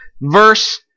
verse